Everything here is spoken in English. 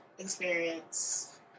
experience